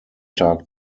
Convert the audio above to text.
tag